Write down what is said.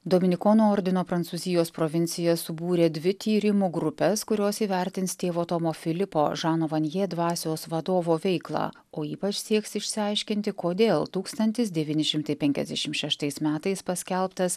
dominikonų ordino prancūzijos provincija subūrė dvi tyrimų grupes kurios įvertins tėvo tomo filipo žano van je dvasios vadovo veiklą o ypač sieks išsiaiškinti kodėl tūkstantis devyni šimtai penkiasdešimt šeštais metais paskelbtas